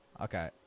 Okay